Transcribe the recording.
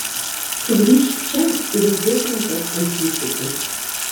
sugrįžk čia ir uždėk rankas ant mygtukų